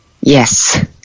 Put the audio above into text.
Yes